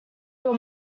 your